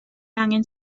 angen